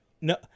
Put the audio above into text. no